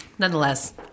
Nonetheless